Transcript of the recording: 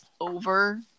over